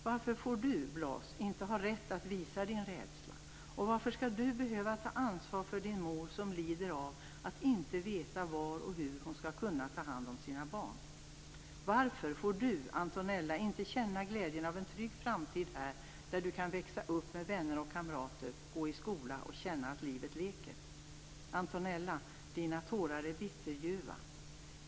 Varför får du, Blas, inte ha rätt att visa din rädsla, och varför skall du behöva ta ansvar för din mor, som lider av att inte veta var och hur hon skall kunna ta hand om sina barn? Varför får du, Antonella, inte känna glädjen av en trygg framtid här, där du kan växa upp med vänner och kamrater, gå i skola och känna att livet leker? Antonella! Dina tårar är bitterljuva.